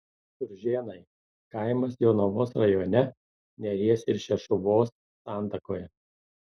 turžėnai kaimas jonavos rajone neries ir šešuvos santakoje